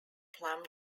plum